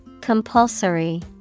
Compulsory